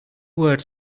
word